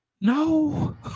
no